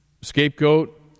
scapegoat